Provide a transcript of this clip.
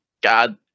God